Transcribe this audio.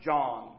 John